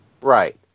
Right